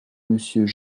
monsieur